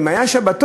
אם היה שבתון,